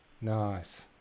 Nice